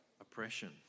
oppression